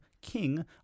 king